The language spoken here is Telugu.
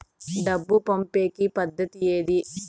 డబ్బు పంపేకి పద్దతి ఏది